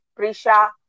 Prisha